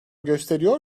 gösteriyor